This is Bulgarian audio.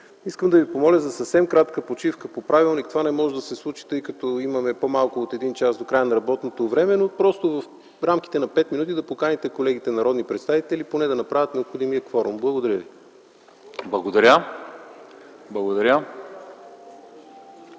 искам да ви помоля за съвсем кратка почивка. По правилник това не може да се случи, тъй като има по-малко от един час до края на работното време, но просто в рамките на пет минути да поканите колегите народни представители поне да направят необходимия кворум. Благодаря ви. ПРЕДСЕДАТЕЛ